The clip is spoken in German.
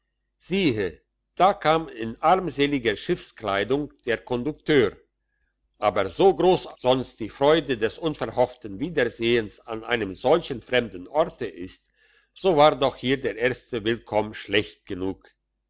siehe da kam in armseliger schiffskleidung der kondukteur aber so gross sonst die freude des unverhofften wiedersehens an einem solchen fremden orte ist so war doch hier der erste willkomm schlecht genug